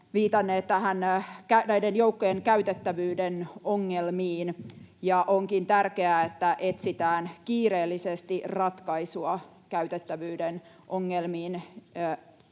viitanneet näiden joukkojen käytettävyyden ongelmiin, ja onkin tärkeää, että etsitään kiireellisesti ratkaisua käytettävyyden ongelmiin,